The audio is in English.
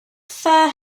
fair